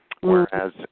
Whereas